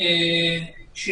נדמה לי,